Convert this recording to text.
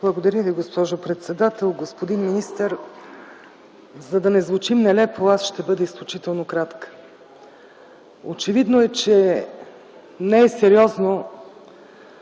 Благодаря Ви, госпожо председател. Господин министър, за да не звучи нелепо, аз ще бъда изключително кратка. Очевидно е, че не е сериозно